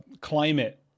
climate